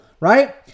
right